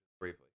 briefly